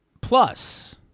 plus